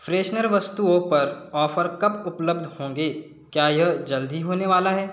freshener वस्तुओं पर offer कब उपलब्ध होंगे क्या यह जल्द ही होने वाला है